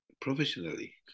professionally